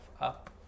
up